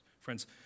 Friends